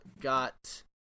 got